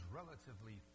relatively